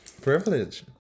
Privilege